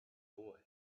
boy